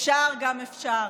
אפשר גם אפשר.